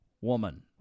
woman